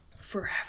Forever